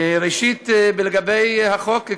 ראשית, לגבי החוק.